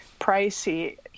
pricey